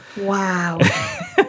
Wow